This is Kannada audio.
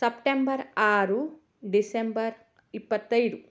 ಸಪ್ಟೆಂಬರ್ ಆರು ಡಿಸೆಂಬರ್ ಇಪ್ಪತ್ತೈದು